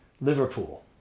Liverpool